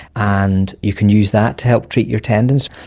and you can use that to help treat your tendons.